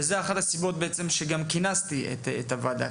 וזו אחת הסיבות שכינסתי את הוועדה.